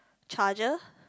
charger